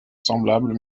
semblables